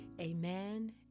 amen